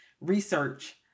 research